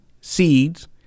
seeds